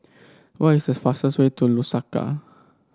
what is the fastest way to Lusaka